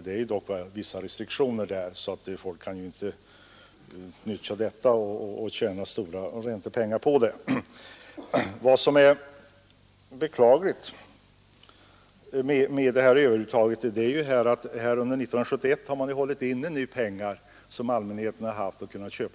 Det är ju dock vissa restriktioner så att folk inte kan utnyttja dem och förtjäna stora räntepengar på dem. Vad som är beklagligt med det här överuttaget är ju att under 1971 har man hållit inne pengar som allmänheten kunde ha använt för inköp